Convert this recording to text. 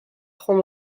franc